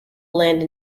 land